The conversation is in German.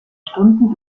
stunden